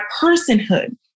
personhood